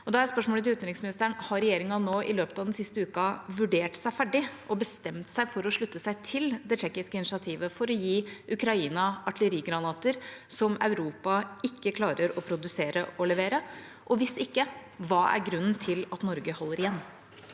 Da er spørsmålet til utenriksministeren: Har regjeringa nå i løpet av den siste uka vurdert seg ferdig og bestemt seg for å slutte seg til det tsjekkiske initiativet for å gi Ukraina artillerigranater som Europa ikke klarer å produsere og levere? Hvis ikke, hva er grunnen til at Norge holder igjen?